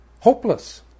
Hopeless